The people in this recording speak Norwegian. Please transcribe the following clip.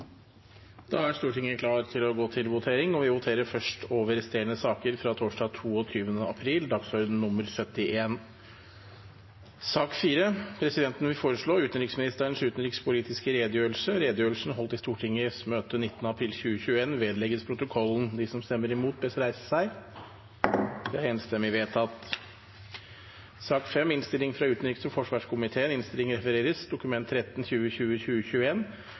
Da er Stortinget klar til å gå til votering, og vi voterer først over resterende saker fra torsdag 22. april, dagsorden nr. 71. Presidenten vil foreslå at utenriksministerens utenrikspolitiske redegjørelse – vedlegges protokollen. – Det anses vedtatt. Under debatten er det satt frem i alt tre forslag. Det er forslag nr. 1, fra Liv Signe Navarsete på vegne av Arbeiderpartiet, Senterpartiet og